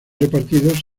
repartidos